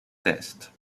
test